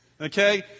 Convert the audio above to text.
okay